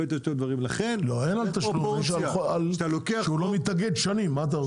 לא, רשות שהוא לא מתאגד שנים מה אתה רוצה.